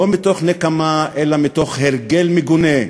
לא מתוך נקמה אלא מתוך הרגל מגונה,